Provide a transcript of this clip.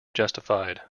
justified